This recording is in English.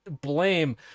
blame